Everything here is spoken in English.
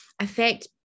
affect